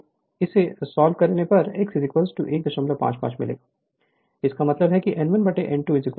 तो इसे सॉल्व करने पर x 155 मिलेगा इसका मतलब है n1 n 2 x इसलिए n1 60 600 rpm है और x 155 है